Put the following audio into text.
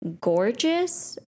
gorgeous